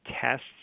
tests